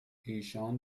ایشان